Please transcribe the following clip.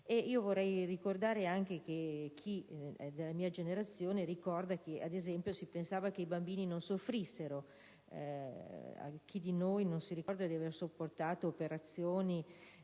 diritti soggettivi. Chi è della mia generazione ricorda che, ad esempio, si pensava che i bambini non soffrissero. Chi di noi non si ricorda di aver sopportato operazioni